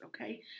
okay